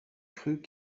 crut